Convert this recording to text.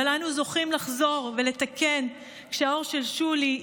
אבל אנו זוכים לחזור ולתקן כשהאור של שולי,